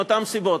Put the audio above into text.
מאותן סיבות.